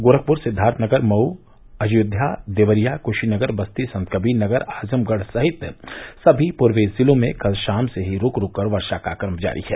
गोरखपुर सिद्वार्थनगर मऊ अयोध्या देवरिया कुषीनगर बस्ती संतकबीरनगर आजमगढ़ सहित सभी पूर्वी जिलों में कल षाम से ही रूक रूक कर वर्शा का क्रम जारी है